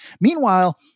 Meanwhile